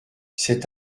cet